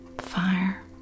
fire